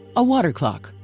a water clock.